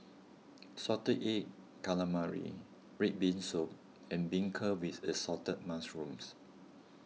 Salted Egg Calamari Red Bean Soup and Beancurd with Assorted Mushrooms